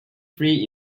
free